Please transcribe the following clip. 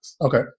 Okay